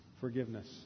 Forgiveness